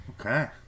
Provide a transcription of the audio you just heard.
Okay